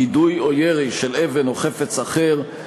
(יידוי או ירי של אבן או חפץ אחר),